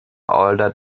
older